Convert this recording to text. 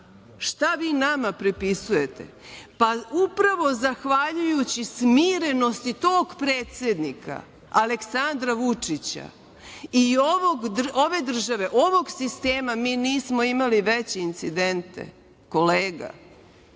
Šta vi nama prepisujete? Upravo zahvaljujući smirenosti tog predsednika Aleksandra Vučića i ove države, ovog sistema, mi nismo imali veće incidente, kolega.